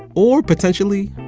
or, potentially.